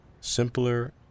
simpler